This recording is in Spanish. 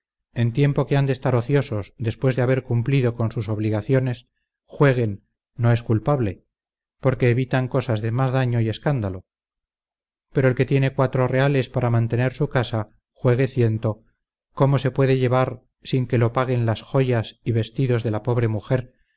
el tiempo que han de estar ociosos después de haber cumplido con sus obligaciones jueguen no es culpable porque evitan cosas de más daño y escándalo pero el que tiene cuatro reales para mantener su casa juegue ciento cómo se puede llevar sin que lo paguen las joyas y vestidos de la pobre mujer